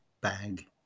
bag